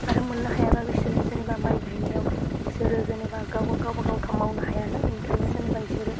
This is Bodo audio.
आरो मोननो हायाबा बिसोरनि जेनेबा माइ गायनायाव बिसोरो जेनेबा गाव गावबा गावथ' मावनो हायानो ओंखायनो जेनेबा बिसोरो